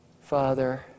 Father